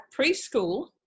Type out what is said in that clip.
preschool